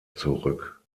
zurück